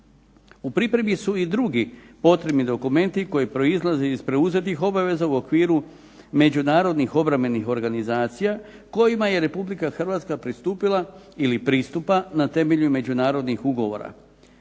U pripremi su i drugi potrebni dokumenti koje proizlaze iz preuzetih obaveza u okviru međunarodnih obrambenih organizacija kojima je Republika Hrvatska pristupila ili pristupa na temelju međunarodnih ugovora,